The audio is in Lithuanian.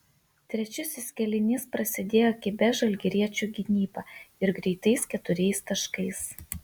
trečiasis kėlinys prasidėjo kibia žalgiriečių gynyba ir greitais keturiais taškais